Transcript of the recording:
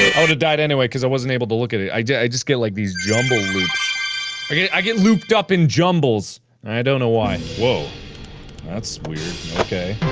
ah oh they died anyway because i wasn't able to look at it i yeah i just get like these jumbo loops okay i get looped up in jumbles i don't know why whoa that's weird okay